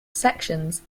sections